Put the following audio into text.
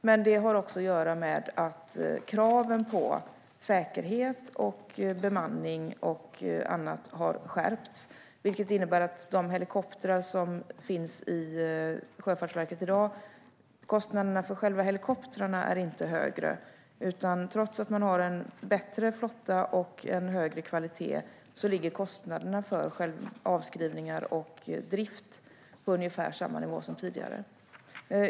Men det har också att göra med att kraven på säkerhet, bemanning och annat har skärpts. För de helikoptrar som finns i Sjöfartsverket i dag är kostnaderna för själva helikoptrarna inte högre, utan trots att man har bättre flotta och högre kvalitet ligger kostnaderna för avskrivningar och drift på ungefär samma nivå som tidigare.